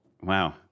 wow